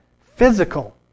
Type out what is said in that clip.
physical